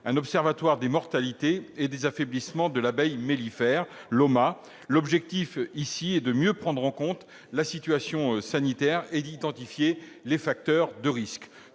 un observatoire des mortalités et des affaiblissements de l'abeille mellifère, ou OMAA. L'objectif est de mieux prendre en compte la situation sanitaire et d'identifier les facteurs de risque.